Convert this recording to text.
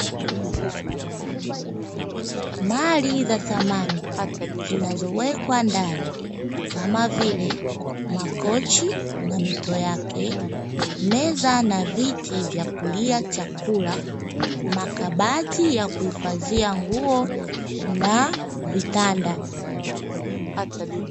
Mali za samani zinazowekwa ndani kama vile Makochi na mito yake, Meza na viti vya kulia chakula, makabati ya kuhifadhia nguo na vitanda.